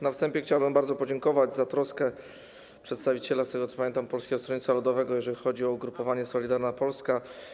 Na wstępie chciałbym bardzo podziękować za troskę przedstawiciela, z tego, co pamiętam, Polskiego Stronnictwa Ludowego, jeżeli chodzi o ugrupowanie Solidarna Polska.